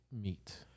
meet